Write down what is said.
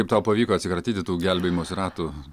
kaip tau pavyko atsikratyti tų gelbėjimosi ratų